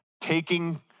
taking